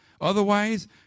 Otherwise